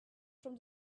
from